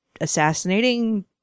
assassinating